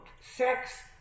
sex